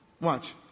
Watch